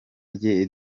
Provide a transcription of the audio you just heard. rye